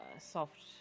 soft